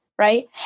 right